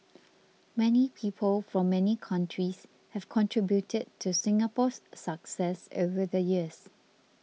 many people from many countries have contributed to Singapore's success over the years